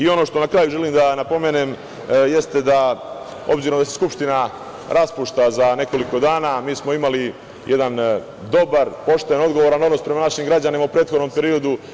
Ono što na kraju želim da napomenem jeste da obzirom da se Skupština raspušta za nekoliko dana, mi smo imali jedan dobar, pošten, odgovoran odnos prema našim građanima u prethodnom periodu.